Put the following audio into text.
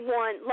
one